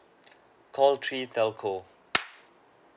call three telco